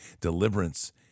deliverance